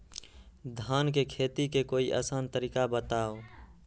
धान के खेती के कोई आसान तरिका बताउ?